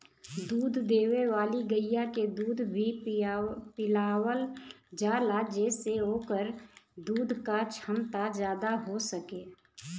दूध देवे वाली गइया के दूध भी पिलावल जाला जेसे ओकरे दूध क छमता जादा हो सके